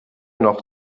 noch